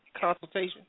consultation